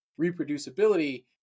reproducibility